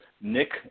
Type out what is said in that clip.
Nick